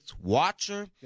watcher